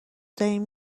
دارین